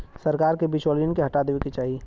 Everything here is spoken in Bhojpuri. सरकार के बिचौलियन के हटा देवे क चाही